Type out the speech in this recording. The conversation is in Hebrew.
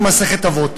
מסכת אבות.